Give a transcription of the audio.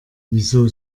wieso